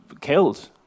killed